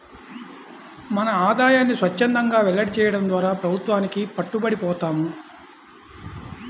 మన ఆదాయాన్ని స్వఛ్చందంగా వెల్లడి చేయడం ద్వారా ప్రభుత్వానికి పట్టుబడి పోతాం